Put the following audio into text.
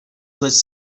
les